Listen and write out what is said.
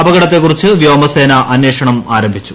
അപകടത്തെകുറിച്ച് വ്യോമസേന അന്വേഷണം ആരംഭിച്ചു